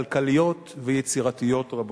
כלכליות ויצירתיות רבות.